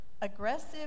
Aggressive